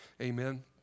Amen